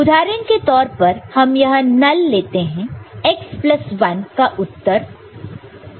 उदाहरण के तौर पर हम यह नल लेते हैं x प्लस 1 का उत्तर 1 है